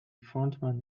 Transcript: frontman